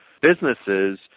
businesses